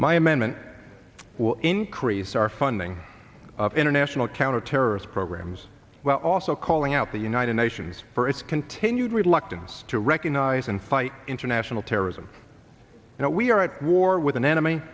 amendment will increase our funding of international counterterrorist programs while also calling out the united nations for its continued reluctance to recognize and fight international terrorism now we are at war with an enemy